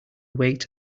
wait